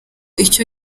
iyo